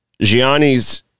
Gianni's